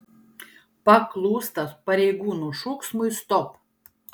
paklūsta pareigūnų šūksmui stop